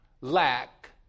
lack